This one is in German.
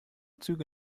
züge